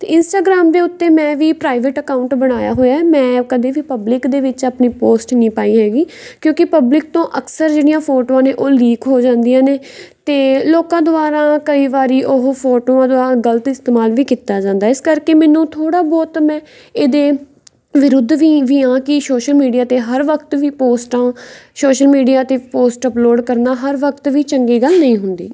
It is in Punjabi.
ਅਤੇ ਇੰਸਟਾਗਰਾਮ ਦੇ ਉੱਤੇ ਮੈਂ ਵੀ ਪ੍ਰਾਈਵੇਟ ਅਕਾਊਟ ਬਣਾਇਆ ਹੋਇਆ ਹੈ ਮੈਂ ਕਦੇ ਵੀ ਪਬਲਿਕ ਦੇ ਵਿੱਚ ਆਪਣੀ ਪੋਸਟ ਨਹੀਂ ਪਾਈ ਹੈਗੀ ਕਿਉਂਕਿ ਪਬਲਿਕ ਤੋਂ ਅਕਸਰ ਜਿਹੜੀਆਂ ਫੋਟੋਆਂ ਨੇ ਉਹ ਲੀਕ ਹੋ ਜਾਂਦੀਆਂ ਨੇ ਅਤੇ ਲੋਕਾਂ ਦੁਆਰਾ ਕਈ ਵਾਰੀ ਉਹ ਫੋਟੋਆਂ ਦਾ ਗਲਤ ਇਸਤੇਮਾਲ ਵੀ ਕੀਤਾ ਜਾਂਦਾ ਹੈ ਇਸ ਕਰਕੇ ਮੈਨੂੰ ਥੋੜ੍ਹਾ ਬਹੁਤ ਮੈਂ ਇਹਦੇ ਵਿਰੁੱਧ ਵੀ ਵੀ ਹਾਂ ਕਿ ਸੋਸ਼ਲ ਮੀਡੀਆ 'ਤੇ ਹਰ ਵਕਤ ਵੀ ਪੋਸਟਾਂ ਸੋਸ਼ਲ ਮੀਡੀਆ 'ਤੇ ਪੋਸਟ ਅਪਲੋਡ ਕਰਨਾ ਹਰ ਵਕਤ ਵੀ ਚੰਗੀ ਗੱਲ ਨਹੀਂ ਹੁੰਦੀ